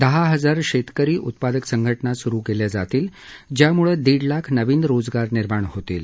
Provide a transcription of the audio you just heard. दहा हजार शेतकरी उत्पादक संघटना सुरु केल्या जातील ज्यामुळे दीड लाख नवीन रोजगार निर्माण होतील